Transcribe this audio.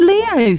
Leo